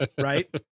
right